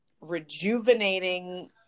rejuvenating